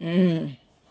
mm